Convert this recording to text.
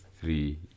three